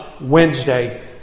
Wednesday